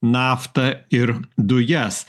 naftą ir dujas